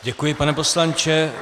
Děkuji, pane poslanče.